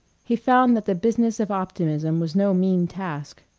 he found that the business of optimism was no mean task.